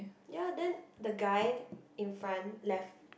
ya then the guy in front left